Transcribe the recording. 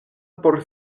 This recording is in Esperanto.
por